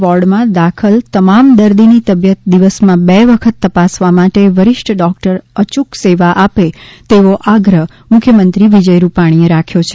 વોર્ડમાં દાખલ તમામ દર્દીની તબિયત દિવસમાં બે વખત તપાસવા માટે વરીષ્ઠ ડોક્ટર અયૂક સેવા આપે તેવો આગ્રહ મુખ્યમંત્રી વિજય રૂપાણીએ રાખ્યો છે